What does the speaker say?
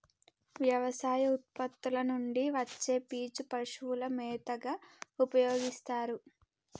వ్యవసాయ ఉత్పత్తుల నుండి వచ్చే పీచు పశువుల మేతగా ఉపయోస్తారు